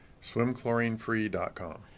Swimchlorinefree.com